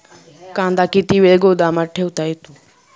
कांदा किती वेळ गोदामात ठेवता येतो?